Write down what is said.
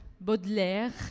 Baudelaire